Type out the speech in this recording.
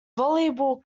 volleyball